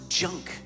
junk